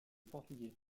portugais